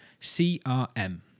CRM